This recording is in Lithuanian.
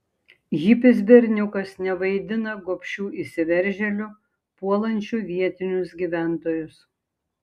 hipis berniukas nevaidina gobšių įsiveržėlių puolančių vietinius gyventojus